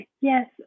Yes